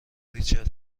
ریچل